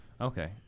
Okay